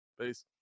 Peace